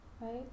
right